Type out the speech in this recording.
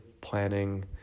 planning